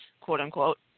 quote-unquote